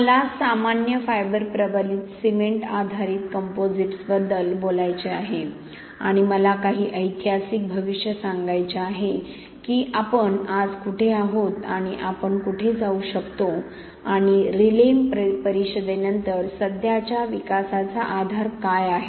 मला सामान्य फायबर प्रबलित सिमेंट आधारित कंपोझिट्सबद्दल बोलायचे आहे आणि मला काही ऐतिहासिक भविष्य सांगायचे आहे की आपण आज कुठे आहोत आणि आपण कुठे जाऊ शकतो आणि रिलेम परिषदेनंतर सध्याच्या विकासाचा आधार काय आहे